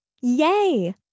Yay